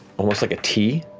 almost like a t,